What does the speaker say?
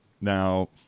Now